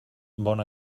bon